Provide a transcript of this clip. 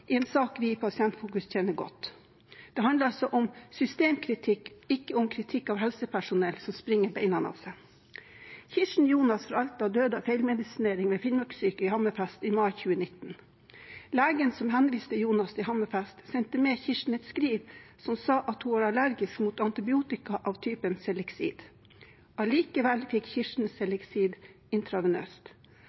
i en sak vi i Pasientfokus kjenner godt. Det handler altså om systemkritikk, ikke om kritikk av helsepersonell, som springer beina av seg. Kirsten Jonas fra Alta døde av feilmedisinering ved Finnmarkssykehuset i Hammerfest i mai 2019. Legen som henviste Jonas til Hammerfest, sendte med Kirsten et skriv som sa at hun er allergisk mot antibiotika av typen Selexid. Allikevel fikk Kirsten Selexid intravenøst.